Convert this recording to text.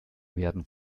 werden